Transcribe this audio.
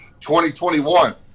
2021